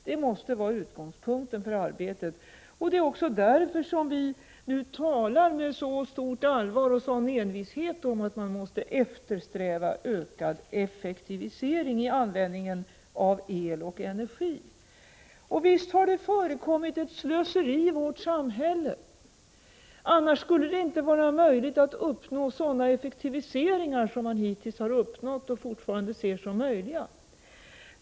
Det måste vara utgångspunkten för arbetet, och det är också därför som vi nu talar med så stort allvar och sådan envishet om att man måste eftersträva ökad effektivisering i användningen av el och energi. Visst har det förekommit ett slöseri i vårt samhälle. Annars skulle det inte vara möjligt att uppnå sådana effektiviseringar som man hittills har uppnått och fortfarande ser som möjliga.